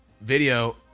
video